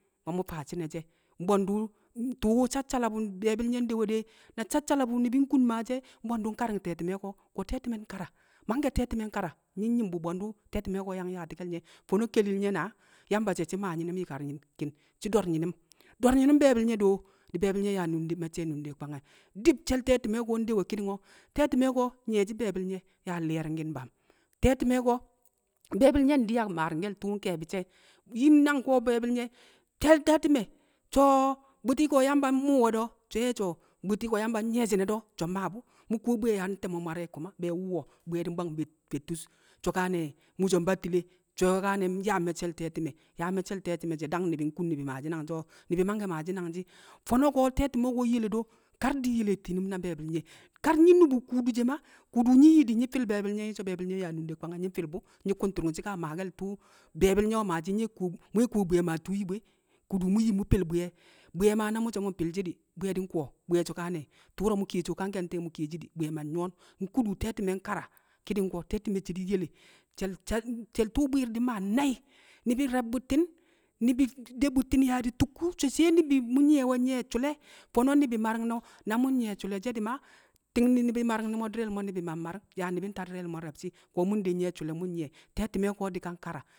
ma mu̱ faa shi̱na she̱. Mbwe̱ndu̱ tu̱u̱ sassalab wu̱ be̱e̱bi̱l nye̱ ndewe de, na sassalab wu̱ ni̱bi̱ nku, maashi̱ e̱. Mbwe̱ndu̱ nkari̱ng te̱ti̱me̱ ko̱, te̱ti̱me̱ nkara, mangke̱ te̱ti̱me̱ nkara nyi̱ nyi̱m bu̱ bwe̱ndu̱ te̱ti̱me̱ ko̱ yang yaati̱ke̱l nye̱. Fo̱no̱ kelil nye̱ naa, Yamba she̱ shi̱ maa nyi̱nu̱m yi̱kar ki̱n shi̱ do̱r nyi̱nu̱m be̱e̱bi̱l nye̱ do di̱ be̱e̱bi̱l nye̱ yaa macce̱l a ndu yaa me̱cce̱ a nunde o kwange̱ di̱b she̱l te̱ti̱me̱ ko̱ ndewe ki̱ni̱ng o̱, te̱ti̱me̱ ko̱ nyi̱ye̱shi̱ be̱e̱bi̱l nye̱ yaa li̱ye̱ri̱ngki̱n bam, te̱ti̱me̱ ko̱ be̱e̱bi̱l nye̱ ndi̱ a maa tu̱u̱ nke̱e̱bi̱ shi̱ e̱. Yi nang ko̱ be̱e̱bi̱l nye̱ she̱ te̱ti̱me̱ so̱ bu̱ti̱ ko̱ Yamba mmu̱u̱ we̱ de̱ o̱ so̱ nye̱ so̱ bu̱ti̱ ko̱ Yamba nyi̱ye̱ shi̱ne̱ de̱ do̱, so̱ mmaa bu̱. Mu̱ kuwo bwi̱ye̱ yaa nte̱mo̱ mware̱ a koma be̱e̱ nwu̱wo̱, bwi̱ye̱ di̱ mbwang fettus so̱kane̱ mu̱ so̱ mbattile, so̱ kaane̱ nyaa me̱cce̱l te̱ti̱me̱. Yaa me̱cce̱l te̱ti̱me̱ she̱ dang ni̱bi̱ nkun ni̱bi̱ maashi̱ nangshi̱ o̱? Ni̱bi̱ mankgke̱ maashi̱ nangshi̱, fo̱no̱ ko̱ te̱ti̱me̱ ko̱ nyele do kar di̱ nyeleti nyi̱nu̱m na be̱e̱bi̱l nye̱ kar nyi̱ nu̱bu̱ kuudu she̱ maa di̱ nyi̱ nyi̱ nyi̱ fi̱l be̱e̱bi̱l nye̱ nyi̱ so̱ be̱e̱bi̱l nye̱ yaa nunde kwange̱, nyi̱ mfi̱l bu̱ nyi̱ ku̱ntu̱ru̱ngshi̱ nkaa maake̱l tu̱u̱ be̱e̱bi̱l nye̱ o maashi̱ e̱ mu̱ we̱ kuwo bwi̱ye̱ maa tu̱u̱ nyi bu e ma mu̱ yi mu̱ fi̱l bwi̱ye̱ bwi̱ye̱ maa na mu̱ so̱ mu̱ mfi̱l shi̱ di̱, bwi̱ye̱ di̱ nku̱wo̱ bwi̱ye̱ so̱kane̱ tu̱ro̱ mu̱ kiyeshi o ka nte̱e̱ mu̱ kiyeshi di̱, bwi̱ye̱ ma nyu̱wo̱n. Nkudu te̱ti̱me̱ nkara, ki̱ni̱ng ko̱ te̱ti̱me̱ she̱ di̱ nyele she̱l she̱l she̱l tu̱u̱ bwi̱ɪr di̱ mmaa nai̱, ni̱bi̱ re̱b bu̱tti̱n, ni̱bi̱ nde bu̱tti̱n yaa di̱ tukku so̱ sai ni̱bi̱ yaa mu̱ nyi̱ye̱ we̱ nye̱ sule, fo̱no̱ ni̱bi̱ mari̱ng no̱. Na mu̱ nnyi̱ye shule she̱ di̱ maa, ti̱ng ni̱bi̱ mari̱ng nu̱mo̱ di̱re̱l mo̱ fo̱no̱ ni̱bi̱ ma mmari̱ng, ni̱bi̱ nta di̱re̱l mo̱ ni̱bi̱ re̱bmi̱n ko mu̱ nde nye sule mu̱ nyi̱ye̱, te̱ti̱me̱ ko̱ di̱ ka nkara